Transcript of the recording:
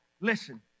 listen